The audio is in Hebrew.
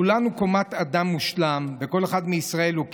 כולנו קומת אדם מושלם וכל אחד מישראל הוא כפאזל,